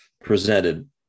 presented